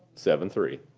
seventy three.